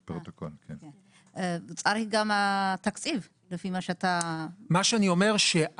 גם התקציב לפי מה שאתה אומר --- מי שאני אומר,